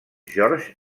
george